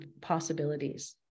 possibilities